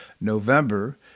November